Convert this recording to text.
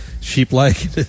sheep-like